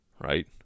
Right